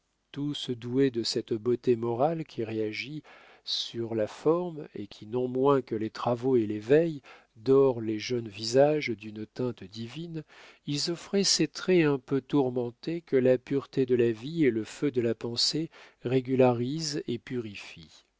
pâté tous doués de cette beauté morale qui réagit sur la forme et qui non moins que les travaux et les veilles dore les jeunes visages d'une teinte divine ils offraient ces traits un peu tourmentés que la pureté de la vie et le feu de la pensée régularisent et purifient